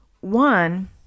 One